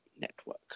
Network